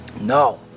No